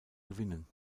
gewinnen